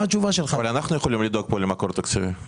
אנחנו יכולים לדאוג פה למקור תקציבי.